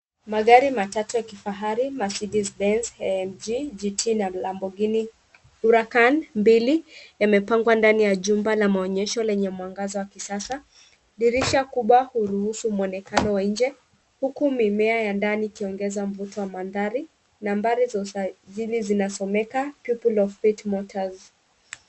Magari matatu ya kifahari Mercedes-Benz AMG GT na Lamborghini Huracán mbili yamepangwa ndani ya jumba la maonyesho lenye mwangaza wa kisasa. Dirisha kubwa huruhusu mwonekano wa nje, huku mimea ya ndani ikiongeza mvuto wa mandhari na mbali za usajili zinasomeka People of Faith Motors.